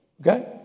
okay